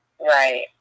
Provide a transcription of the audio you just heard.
Right